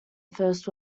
first